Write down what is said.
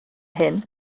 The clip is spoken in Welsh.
hyn